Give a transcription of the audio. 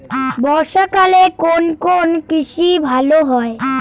বর্ষা কালে কোন কোন কৃষি ভালো হয়?